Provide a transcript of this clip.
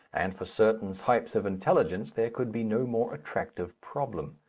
and for certain types of intelligence there could be no more attractive problem.